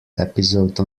episode